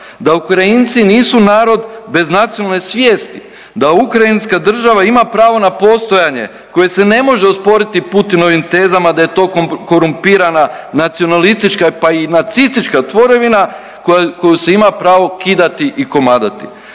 da Ukrajinci nisu narod bez nacionalne svijesti, da Ukrajinska država ima pravo na postojanje koje se ne može osporiti Putinovim tezama da je to korumpirana, nacionalistička, pa i nacistička tvorevina koju se ima pravo kidati i komadati.